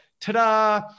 ta-da